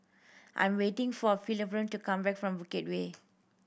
I'm waiting for Philomene to come back from Bukit Way